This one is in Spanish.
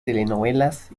telenovelas